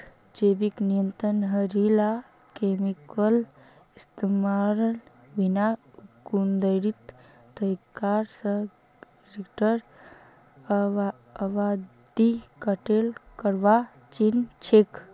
जैविक नियंत्रण जहरीला केमिकलेर इस्तमालेर बिना कुदरती तरीका स कीड़ार आबादी कंट्रोल करवार चीज छिके